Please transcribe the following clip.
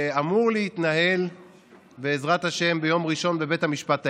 שאמור להתנהל בעזרת השם ביום ראשון בבית המשפט העליון.